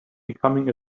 becoming